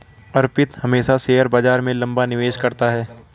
अर्पित हमेशा शेयर बाजार में लंबा निवेश करता है